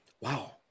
Wow